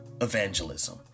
evangelism